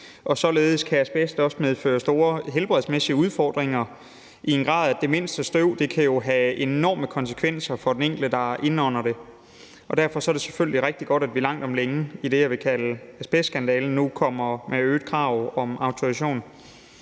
og således kan asbest også medføre store helbredsmæssige udfordringer i en grad, at det meste støv jo kan have enorme konsekvenser for den enkelte, der indånder det. Derfor er det selvfølgelig rigtig godt, at vi langt om længe i det, jeg vil kalde asbestskandalen, nu kommer med øget krav om autorisation.